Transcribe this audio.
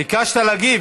ביקשת להגיב?